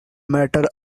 matter